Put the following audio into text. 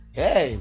Hey